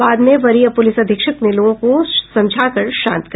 बाद में वरीय पुलिस अधीक्षक ने लोगों को समझाकर शांत कराया